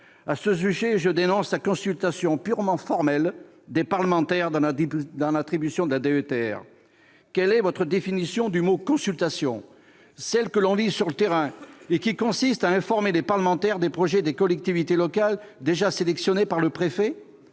À ce sujet, je dénonce la consultation purement formelle des parlementaires pour ce qui concerne l'attribution de la DETR. Quelle est votre conception du mot « consultation »? Est-ce celle que l'on vit sur le terrain, qui consiste à informer les parlementaires des projets des collectivités locales déjà sélectionnés par le préfet ?